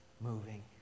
moving